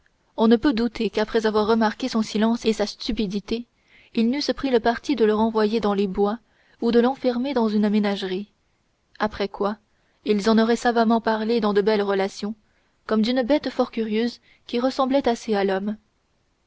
on ne peut douter qu'après avoir remarqué son silence et sa stupidité ils n'eussent pris le parti de le renvoyer dans les bois ou de l'enfermer dans une ménagerie après quoi ils en auraient savamment parlé dans de belles relations comme d'une bête fort curieuse qui ressemblait assez à l'homme